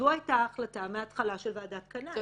זו הייתה ההחלטה מההתחלה של ועדת קנאי.